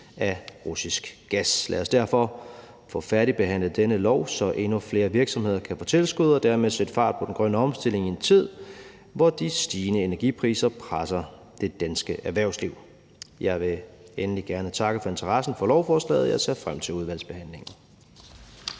af russisk gas. Lad os derfor få færdigbehandlet dette lovforslag, så endnu flere virksomheder kan få tilskud, og dermed sætte fart på den grønne omstilling i en tid, hvor de stigende energipriser presser det danske erhvervsliv. Jeg vil endelig gerne takke for interessen for lovforslaget, og jeg ser frem til udvalgsbehandlingen.